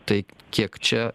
tai kiek čia